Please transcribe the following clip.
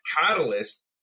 catalyst